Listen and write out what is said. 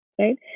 right